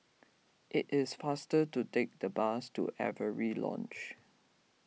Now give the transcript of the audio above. it is faster to take the bus to Avery Lodge